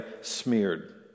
smeared